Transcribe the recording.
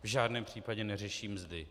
V žádném případě neřeší mzdy.